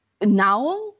now